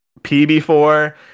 PB4